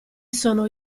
sono